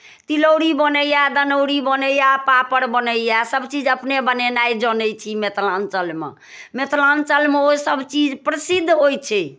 तिलौरी बनैए दनौरी बनैए पापड़ बनैए सभचीज अपने बनेनाइ जनै छी मिथिलाञ्चलमे मिथिलाञ्चलमे ओसभ चीज प्रसिद्ध होइ छै